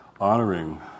honoring